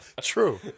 True